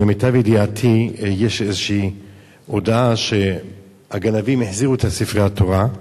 שלמיטב ידיעתי יש איזו הודעה שהגנבים החזירו את ספרי התורה.